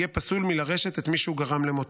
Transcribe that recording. יהיה פסול מלרשת את מי שהוא גרם למותו.